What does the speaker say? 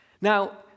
Now